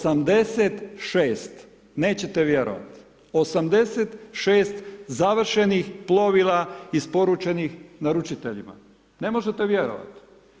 86, nećete vjerovati, 86 završenih plovila, isporučenih naručiteljima, ne možete vjerovati.